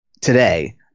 today